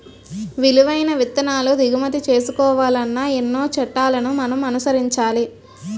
విలువైన విత్తనాలు దిగుమతి చేసుకోవాలన్నా ఎన్నో చట్టాలను మనం అనుసరించాలి